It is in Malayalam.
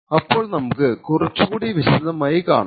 അപ്പോൾ നമുക്ക് കുറച്ചു കൂടി വിശദമായി കാണാം